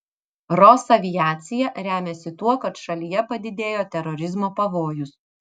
rosaviacija remiasi tuo kad šalyje padidėjo terorizmo pavojus